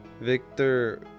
Victor